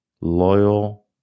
loyal